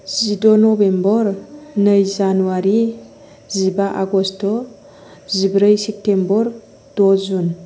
जिद' नभेम्बर नै जानुवारी जिबा आगष्ट जिब्रै सेप्तेम्बर द' जुन